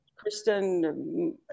Kristen